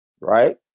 Right